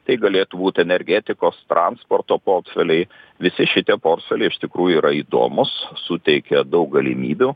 tai galėtų būt energetikos transporto portfeliai visi šitie portfeliai iš tikrųjų yra įdomūs suteikia daug galimybių